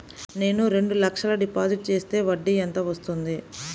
నేను రెండు లక్షల డిపాజిట్ చేస్తే వడ్డీ ఎంత వస్తుంది?